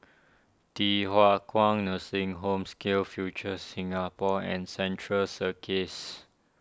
Thye Hua Kwan Nursing Home SkillsFuture Singapore and Central Circus